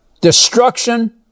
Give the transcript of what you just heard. destruction